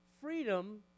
freedom